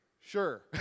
Sure